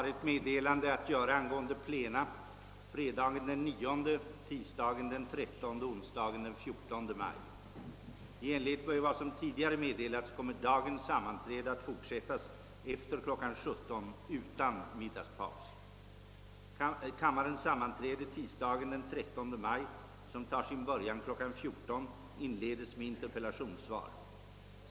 I enlighet med vad som tidigare meddelats kommer dagens sammanträde att fortsättas efter kl. 17.00 utan middagspaus. Kammarens sammanträde tisdagen den 13 maj, som tar sin början kl. 14.00, inledes med interpellationssvar.